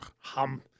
hum